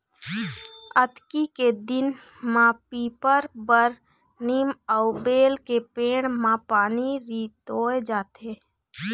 अक्ती के दिन म पीपर, बर, नीम अउ बेल के पेड़ म पानी रितोय जाथे